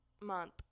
month